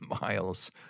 miles